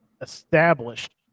established